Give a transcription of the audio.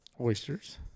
oysters